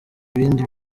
ibindi